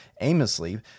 aimlessly